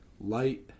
light